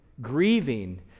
grieving